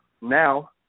now